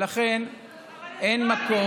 ולכן אין מקום,